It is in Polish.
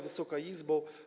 Wysoka Izbo!